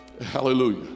Hallelujah